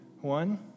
One